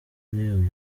uyu